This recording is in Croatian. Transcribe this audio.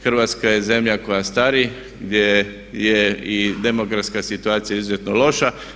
Hrvatska je zemlja koja stari, gdje je i demografska situacija izuzetno loša.